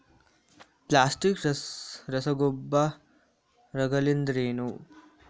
Plastic ರಸಗೊಬ್ಬರಗಳೆಂದರೇನು?